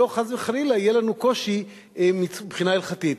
שלא חס וחלילה יהיה לנו קושי מבחינה הלכתית.